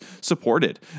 supported